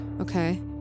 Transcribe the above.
Okay